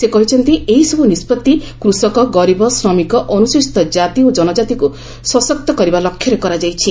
ସେ କହିଛନ୍ତି ଏହିସବୁ ନିଷ୍ପତ୍ତି କୃଷକ ଗରିବ ଶ୍ରମିକ ଅନୁସୂଚିତ ଜାତି ଓ ଜନଜାତିକୁ ସଶକ୍ତିକରଣ କରିବା ଲକ୍ଷ୍ୟରେ କରାଯାଇଛି